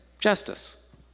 justice